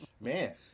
man